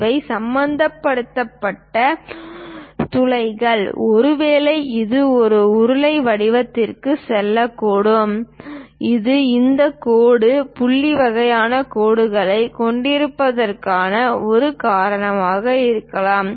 இவை சம்பந்தப்பட்ட துளைகள் ஒருவேளை இது ஒரு உருளை வடிவத்திற்குச் செல்லக்கூடும் இது இந்த கோடு புள்ளி வகையான கோடுகளைக் கொண்டிருப்பதற்கான ஒரு காரணமாக இருக்கலாம்